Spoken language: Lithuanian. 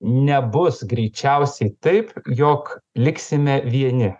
nebus greičiausiai taip jog liksime vieni